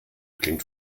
klingt